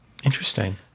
Interesting